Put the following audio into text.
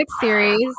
Series